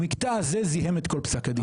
המקטע הזה זיהם את כל פסק הדין.